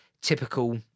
typical